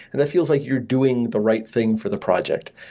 and that feels like you're doing the right thing for the project.